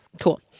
Cool